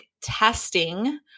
testing